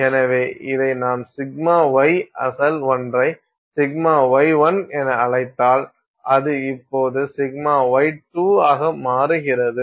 எனவே இதை நாம் σy அசல் ஒன்றை σy1 என அழைத்தால் அது இப்போது σy2 ஆக மாறுகிறது